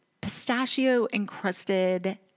pistachio-encrusted